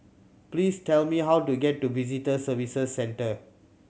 please tell me how to get to Visitor Services Centre